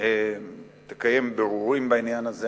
תקיים בירורים בעניין הזה.